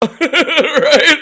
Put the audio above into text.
Right